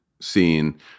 scene